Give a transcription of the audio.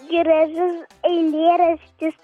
gražus eilėraštis